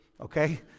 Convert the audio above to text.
okay